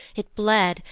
it bled,